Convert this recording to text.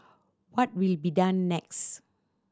what will be done next